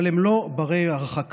אבל הם לא בני הרחקה.